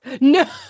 No